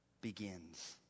begins